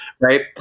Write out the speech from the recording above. Right